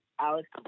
Alex